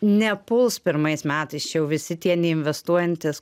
nepuls pirmais metais čia jau visi tie neinvestuojantys